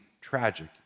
tragic